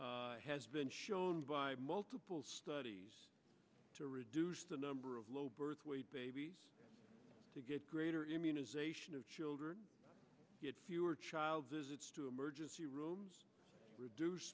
has been shown by multiple studies to reduce the number of low birth weight babies to get greater immunization of children get fewer child visits to emergency rooms reduce